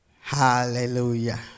Hallelujah